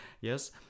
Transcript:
yes